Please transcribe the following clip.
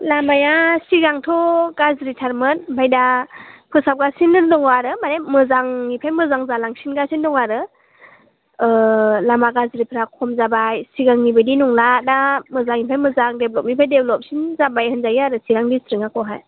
लामाया सिगांथ' गाज्रिथारमोन ओमफ्राय दा फोसाबगासिनो दङ आरो माने मोजांनिफ्राय मोजां जालांसिनगासिनो दं आरो लामा गाज्रिफ्रा खम जाबाय सिगांनि बायदि नंला दा मोजांनिफ्राय मोजां देभलपनिफ्राय देभलपसिन जाबाय होनजायो आरो चिरां डिस्ट्रिकनिखौहाय